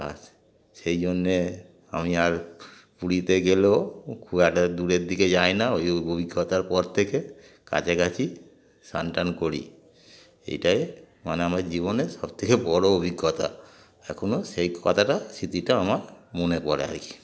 আর সেই জন্যে আমি আর পুরীতে গেলেও খুব একটা দূরের দিকে যাই না ওই অভিজ্ঞতার পর থেকে কাছাকাছি সান টান করি এইটাই মানে আমার জীবনে সবথেকে বড়ো অভিজ্ঞতা এখনও সেই কথাটা স্মৃতিটা আমার মনে পড়ে আর কি